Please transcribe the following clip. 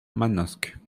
manosque